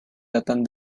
datan